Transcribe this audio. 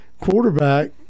quarterback